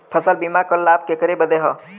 फसल बीमा क लाभ केकरे बदे ह?